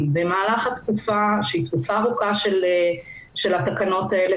במהלך התקופה שהיא תקופה ארוכה של התקנות האלה,